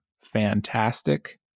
fantastic